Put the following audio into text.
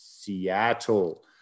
Seattle